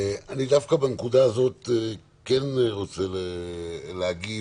דווקא בנקודה הזאת אני כן רוצה להגיב,